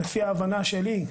לפי ההבנה שלי,